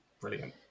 Brilliant